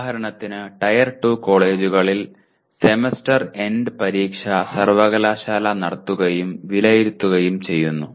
ഉദാഹരണത്തിന് ടയർ 2 കോളേജുകളിൽ semester end പരീക്ഷ സർവകലാശാല നടത്തുകയും വിലയിരുത്തുകയും ചെയ്യുന്നു